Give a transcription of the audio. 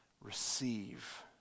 receive